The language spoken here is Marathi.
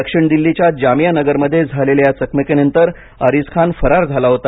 दक्षिण दिल्लीच्या जामिया नगर मध्ये झालेल्या या चकमकीनंतर आरिज खान फरार झाला होता